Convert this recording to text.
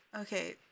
Okay